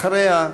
אחריה,